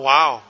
Wow